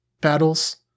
battles